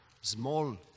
small